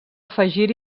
afegir